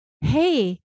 Hey